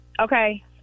okay